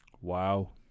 Wow